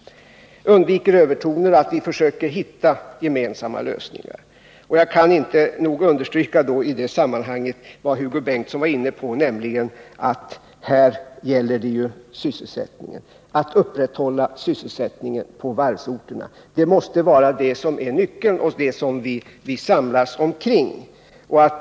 Vi måste försöka hitta gemensamma lösningar. Jag kan i detta sammanhang inte nog understryka vad Hugo Bengtsson var inne på, nämligen att det här gäller att upprätthålla sysselsättningen på varvsorterna. Det måste vara det som är nyckeln och det som vi skall samlas omkring.